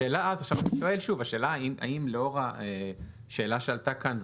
האם לאור השאלה שעלתה כאן,